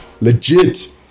legit